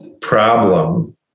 problem